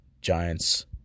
Giants